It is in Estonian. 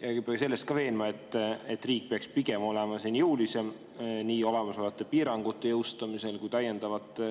Ei pea selles ka veenma, et riik peaks pigem olema jõulisem nii olemasolevate piirangute jõustamisel kui ka täiendavate